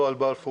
לא על בלפור,